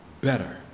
better